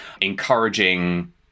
encouraging